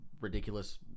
ridiculous